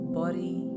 body